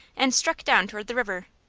and struck down toward the river,